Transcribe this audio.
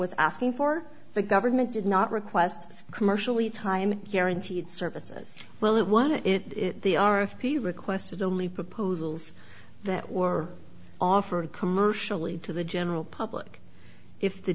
was asking for the government did not request commercially time guaranteed services well it wanted it they are if people requested only proposals that were offered commercially to the general public if the